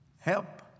Help